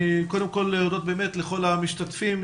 קודם כל להודות לכל המשתתפים,